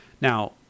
now